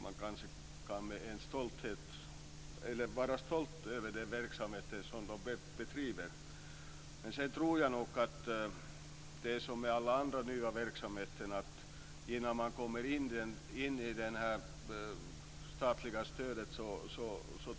Man kan vara stolt över de verksamheter som bedrivs där. Jag tror att det är på samma sätt här som med alla andra nya verksamheter, att det tar lite tid innan de kommer in i det statliga stödet.